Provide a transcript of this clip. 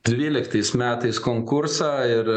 tryliktais metais konkursą ir